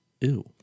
Ew